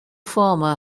farmer